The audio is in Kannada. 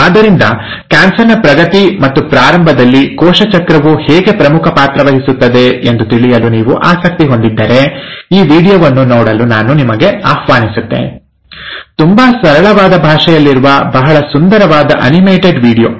ಆದ್ದರಿಂದ ಕ್ಯಾನ್ಸರ್ ನ ಪ್ರಗತಿ ಮತ್ತು ಪ್ರಾರಂಭದಲ್ಲಿ ಕೋಶ ಚಕ್ರವು ಹೇಗೆ ಪ್ರಮುಖ ಪಾತ್ರ ವಹಿಸುತ್ತದೆ ಎಂದು ತಿಳಿಯಲು ನೀವು ಆಸಕ್ತಿ ಹೊಂದಿದ್ದರೆ ಈ ವೀಡಿಯೊವನ್ನು ನೋಡಲು ನಾನು ನಿಮ್ಮನ್ನು ಆಹ್ವಾನಿಸುತ್ತೇನೆ ತುಂಬಾ ಸರಳವಾದ ಭಾಷೆಯಲ್ಲಿರುವ ಬಹಳ ಸುಂದರವಾದ ಅನಿಮೇಟೆಡ್ ವೀಡಿಯೊ